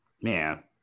man